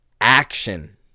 action